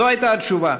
זאת הייתה התשובה: